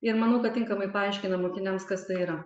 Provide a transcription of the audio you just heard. ir manau kad tinkamai paaiškina mokiniams kas tai yra